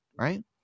Right